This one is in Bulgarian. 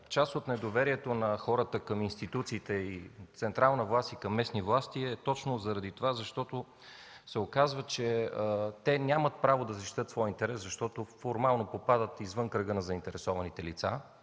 част от недоверието на хората към институциите – централна власт и местни власти, е точно заради това, защото се оказва, че те нямат право да защитят своя интерес, защото формално попадат извън кръга на заинтересованите лица